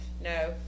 no